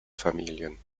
familien